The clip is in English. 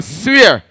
swear